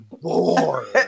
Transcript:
bored